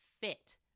fit